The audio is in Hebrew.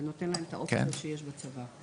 ונותן להם את האופציות שיש בצבא.